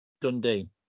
Dundee